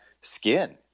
skin